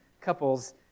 couples